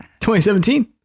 2017